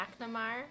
McNamara